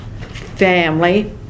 family